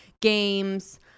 Games